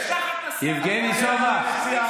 משלחת נסעה,